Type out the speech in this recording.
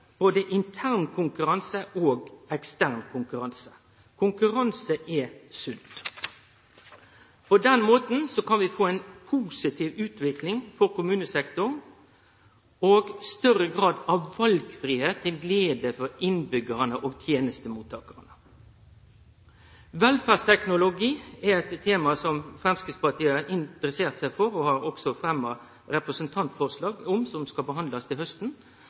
både intern konkurranse og ekstern konkurranse. Konkurranse er sunt. På den måten kan vi få ei positiv utvikling for kommunesektoren og større grad av valfridom, til glede for innbyggjarane og tenestemottakarane. Velferdsteknologi er eit tema som Framstegspartiet har interessert seg for. Vi har òg fremma representantforslag om dette, som skal behandlast til hausten.